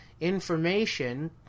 information